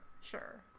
sure